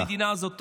והמדינה הזאת תמות.